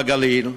לגליל,